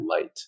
light